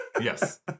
Yes